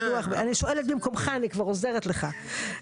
אני שואלת במקומך, אני כבר עוזרת לך.